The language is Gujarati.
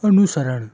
અનુસરણ